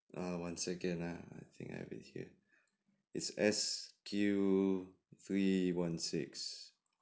err one second ah I think I have it here it's S_Q three one six